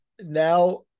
Now